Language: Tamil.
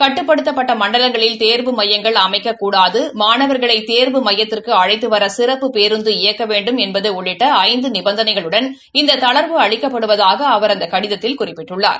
கட்டுப்படுத்தப்பட்ட மண்டலங்களில் தேர்வு மையங்கள் அமைக்கக்கூடாது மாணவர்களை தேர்வு மையத்திற்கு அழைத்துவர சிறப்பு பேருந்து இயக்க வேண்டும் என்பது உள்ளிட்ட ஐந்து நிபந்தனைகளுடன் இந்த தளா்வு அளிக்கப்படுவதாக அவர் அந்த கடிதத்தில் குறிப்பிட்டுள்ளார்